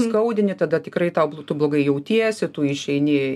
skaudini tada tikrai tau blogai jautiesi tu išeini